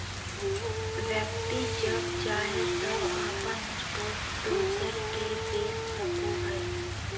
व्यक्ति जब चाहे तब अपन स्टॉक दोसर के बेच सको हइ